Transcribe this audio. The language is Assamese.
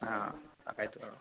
অ তাকেইটতো আৰু